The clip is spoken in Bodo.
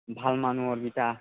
भालमानुहर बिथा